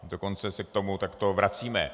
A dokonce se k tomu takto vracíme.